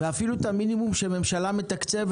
ואפילו את המינימום שממשלה מתקצבת,